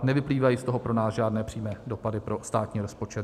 Nevyplývají z toho pro nás žádné přímé dopady pro státní rozpočet.